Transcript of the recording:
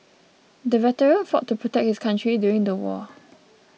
the veteran fought to protect his country during the war